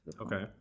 Okay